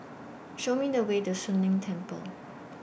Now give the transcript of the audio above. Show Me The Way to Soon Leng Temple